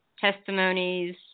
testimonies